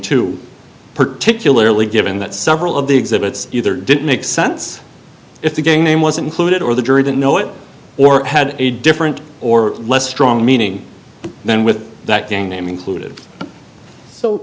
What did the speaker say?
too particularly given that several of the exhibits either didn't make sense if the game name was included or the jury didn't know it or had a different or less strong meaning then with that game included so